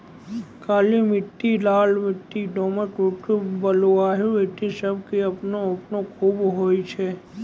काली मिट्टी, लाल मिट्टी, दोमट मिट्टी, बलुआही मिट्टी सब के आपनो आपनो खूबी होय छै